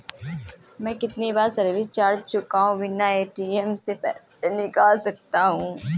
मैं कितनी बार सर्विस चार्ज चुकाए बिना ए.टी.एम से पैसे निकाल सकता हूं?